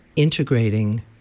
Integrating